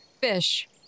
Fish